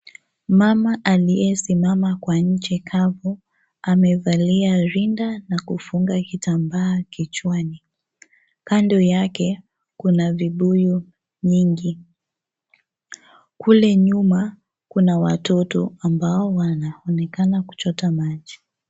Mama aliyesimama kwa nchi kavu amevalia rinda na kufunga kitambaa kichwani kando yake kuna vibuyu nyingi. Kule nyuma kuna watoto ambao wanaonekana kuchota maji.